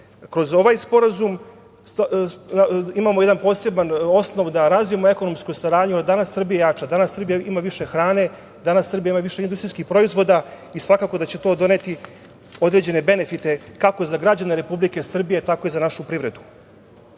Kroz ovaj sporazum imamo jedan poseban osnov da razvijemo ekonomsku saradnju, a danas je Srbija jača, danas Srbija ima više hrane, danas Srbija ima više industrijskih proizvoda i svakako da će to doneti određene benefite kako za građane Republike Srbije, tako i za našu privredu. Što